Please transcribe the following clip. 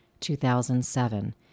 2007